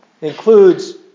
includes